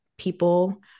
people